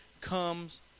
comes